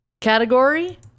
category